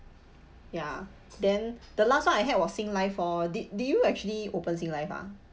ya then the last [one] I had was Singlife hor did did you actually open Singlife ah